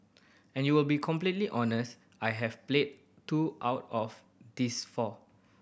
and you will be completely honest I have played two out of these four